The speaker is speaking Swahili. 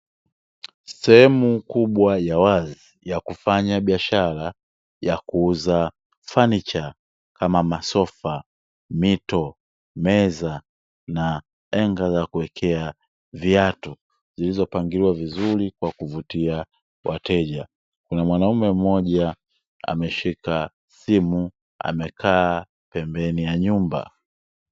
Sehemu kubwa ya wazi ya kufanya biashara ya kuuza fanicha, kama; masofa, mito, meza na henga za kuwekea viatu, zilizopangiliwa vizuri kwa kuvutia wateja. Kuna mwanaume mmoja ameshika simu, amekaa pembeni ya nyumba.